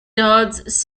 dodds